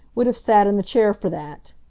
would have sat in the chair for that.